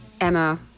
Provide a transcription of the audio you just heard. emma